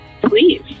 please